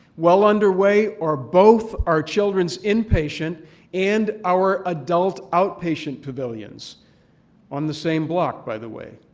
well underway are both our children's in-patient and our adult outpatient pavilions on the same block, by the way,